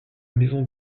maisons